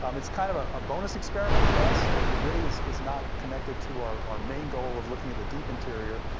um it's kind of a ah bonus experiment for us. it really is is not connected to our our main goal of looking at the deep interior.